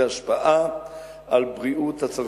ולא בצורה טבעית, ויש לזה השפעה על בריאות הצרכן.